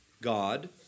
God